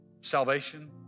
salvation